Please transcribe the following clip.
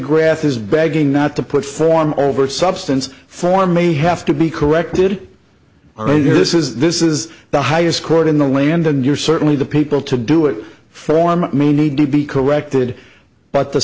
is begging not to put form over substance for may have to be corrected under this is this is the highest court in the land and you're certainly the people to do it form may need to be corrected but the